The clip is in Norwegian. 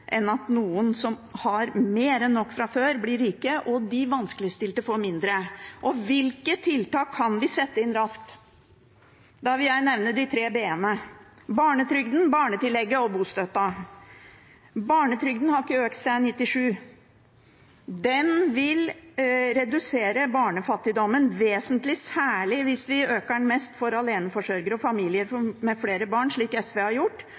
enn at noen som har mer enn nok fra før, blir rike og de vanskeligstilte får mindre. Hvilke tiltak kan vi sette inn raskt? Da vil jeg nevne de tre b-ene: barnetrygden, barnetillegget og bostøtten. Barnetrygden har ikke økt siden 1997. Den vil redusere barnefattigdommen vesentlig, særlig hvis vi øker den mest for aleneforsørgere og familier med flere barn, slik SV har gjort,